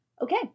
Okay